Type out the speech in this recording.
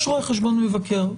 יש רואה חשבון מבקר,